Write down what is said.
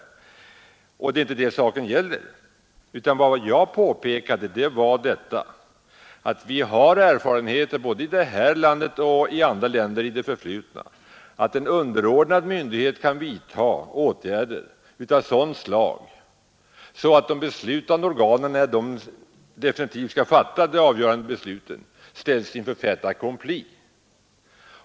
Det är inte heller detta saken gäller, utan vad jag påpekat är att vi har erfarenheter både här i landet och i andra länder i det förflutna av att en underordnad myndighet kan vidta åtgärder av sådant slag att de beslutande organen, när de definitivt skall fatta det avgörande beslutet, ställs inför fait accompli.